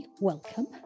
welcome